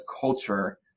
culture